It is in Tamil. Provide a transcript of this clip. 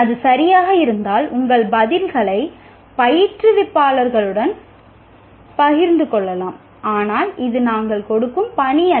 அது சரியாக இருந்தால் உங்கள் பதில்களை பயிற்றுனர்களுடன் பகிர்ந்து கொள்ளலாம் ஆனால் இது நாங்கள் கொடுக்கும் பணி அல்ல